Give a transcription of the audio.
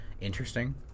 interesting